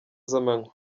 z’amanywa